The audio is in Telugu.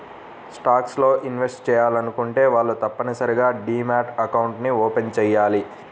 స్టాక్స్ లో ఇన్వెస్ట్ చెయ్యాలనుకునే వాళ్ళు తప్పనిసరిగా డీమ్యాట్ అకౌంట్ని ఓపెన్ చెయ్యాలి